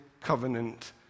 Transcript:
covenant